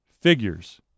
figures